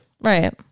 Right